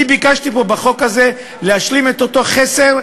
אני ביקשתי פה בחוק הזה להשלים את אותו חסר,